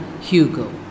Hugo